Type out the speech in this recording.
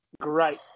great